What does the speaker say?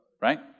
right